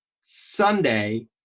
Sunday